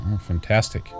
fantastic